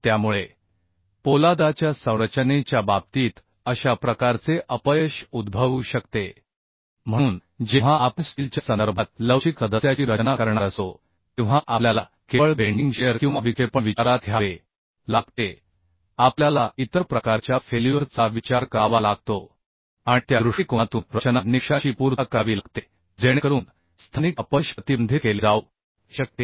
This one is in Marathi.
त्यामुळे पोलादाच्या संरचनेच्या बाबतीत अशा प्रकारचे अपयश उद्भवू शकते म्हणून जेव्हा आपण स्टीलच्या संदर्भात लवचिक सदस्याची रचना करणार असतो तेव्हा आपल्याला केवळ बेन्डीग शिअर किंवा विक्षेपण विचारात घ्यावे लागते आपल्याला इतर प्रकारच्या फेल्युअर चा विचार करावा लागतो आणि त्या दृष्टिकोनातून रचना निकषांची पूर्तता करावी लागते जेणेकरून स्थानिक अपयश प्रतिबंधित केले जाऊ शकते